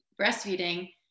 breastfeeding